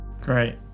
great